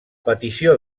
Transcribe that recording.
petició